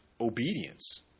obedience